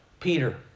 Peter